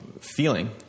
feeling